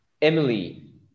Emily